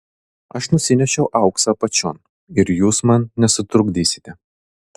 aš nusinešiau auksą apačion ir jūs man nesutrukdysite